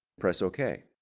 press ok